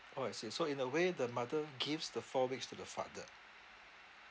orh I see so in a way the mother gives the four weeks to the father